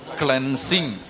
cleansing